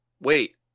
wait